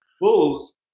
Bulls